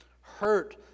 hurt